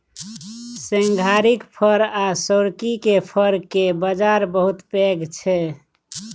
सिंघारिक फर आ सोरखी केर फर केर बजार बहुत पैघ छै